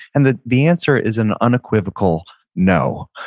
and the the answer is an unequivocal no.